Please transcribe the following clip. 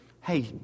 Hey